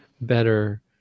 better